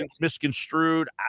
misconstrued